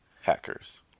hackers